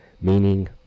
Meaning